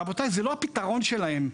רבותי, זה לא הפתרון שלהם,